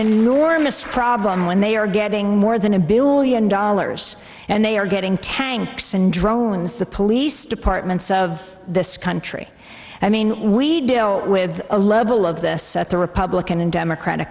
enormous problem when they are getting more than a billion dollars and they are getting tanks and drones the police departments of this country i mean we deal with a level of this at the republican and democratic